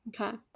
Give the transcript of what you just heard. Okay